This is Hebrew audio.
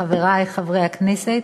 חברי חברי הכנסת,